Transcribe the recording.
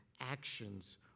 actions